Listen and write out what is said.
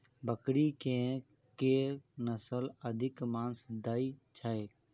बकरी केँ के नस्ल अधिक मांस दैय छैय?